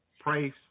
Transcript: Praise